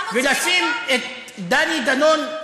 ולשים את דני דנון,